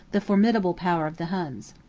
the formidable power of the huns.